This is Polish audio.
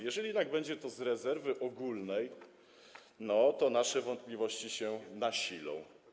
Jeżeli jednak to będzie z rezerwy ogólnej, to nasze wątpliwości się nasilą.